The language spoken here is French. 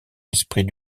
l’esprit